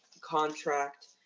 contract